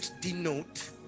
denote